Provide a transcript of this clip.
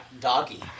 Doggy